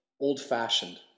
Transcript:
old-fashioned